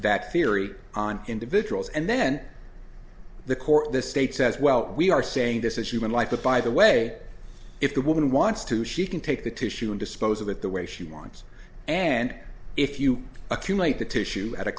that theory on individuals and then the court the state says well we are saying this is human life but by the way if the woman wants to she can take the tissue and dispose of it the way she wants and if you accumulate the tissue at a